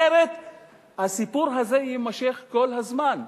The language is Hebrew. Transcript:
אחרת הסיפור הזה יימשך כל הזמן.